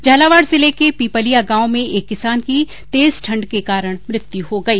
झालावाड़ जिले के पीपलिया गांव में एक किसान की तेज ठंड के कारण मृत्यु हो गयी